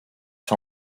sur